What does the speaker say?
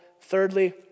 Thirdly